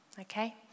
Okay